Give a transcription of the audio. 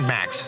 Max